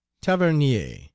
tavernier